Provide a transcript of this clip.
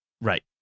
Right